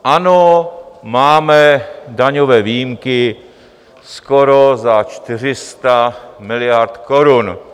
Ano, máme daňové výjimky skoro za 400 miliard korun.